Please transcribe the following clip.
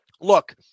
look